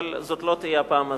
אבל זאת לא תהיה הפעם הזאת.